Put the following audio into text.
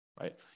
right